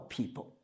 people